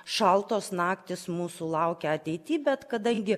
šaltos naktys mūsų laukia ateity bet kadangi